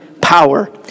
power